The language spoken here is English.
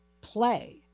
play